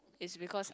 is because